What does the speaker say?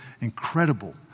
incredible